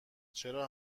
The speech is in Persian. چرا